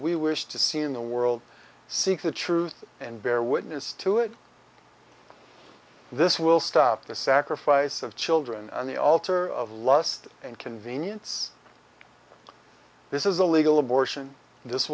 we wish to see in the world seek the truth and bear witness to it this will stop the sacrifice of children on the altar of lust and convenience this is a legal abortion